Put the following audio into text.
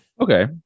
okay